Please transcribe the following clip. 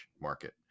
market